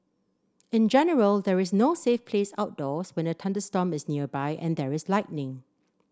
in general there is no safe place outdoors when a thunderstorm is nearby and there is lightning